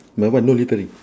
my one no littering